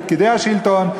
בפקידי השלטון.